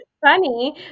funny